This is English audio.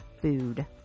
food